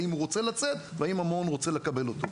האם הוא רוצה לצאת והאם המעון רוצה לקבל אותו.